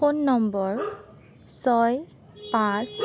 phone নম্বৰ ছয় পাঁচ